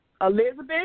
Elizabeth